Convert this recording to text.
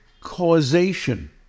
causation